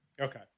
Okay